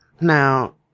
Now